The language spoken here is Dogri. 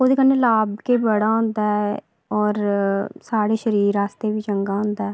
ओह्दे कन्नै लाभ गै बड़ा होंदा ऐ होर साढ़े शरीर आस्तै बी चंगा होंदा ऐ